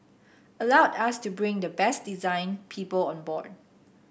allowed us to bring the best design people on board